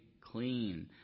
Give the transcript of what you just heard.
clean